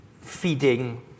feeding